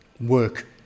work